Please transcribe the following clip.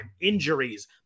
injuries